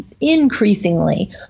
increasingly